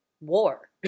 war